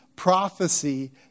prophecy